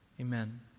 amen